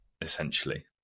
essentially